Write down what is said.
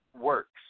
works